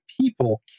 people